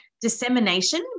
Dissemination